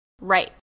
Right